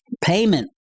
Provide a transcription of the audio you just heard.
payment